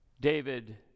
David